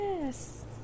Yes